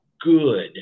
good